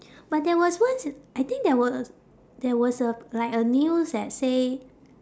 but there was once I think there was there was a like a news that say